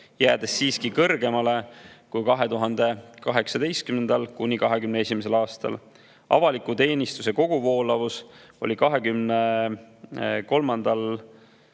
jäädes siiski kõrgemale kui 2018.–2021. aastal. Avaliku teenistuse koguvoolavus oli 2023.